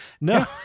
No